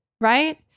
right